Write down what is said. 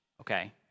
okay